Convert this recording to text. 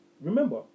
remember